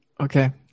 Okay